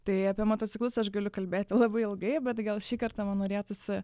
tai apie motociklus aš galiu kalbėti labai ilgai bet gal šį kartą man norėtųsi